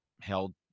held